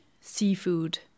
seafood